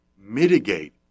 mitigate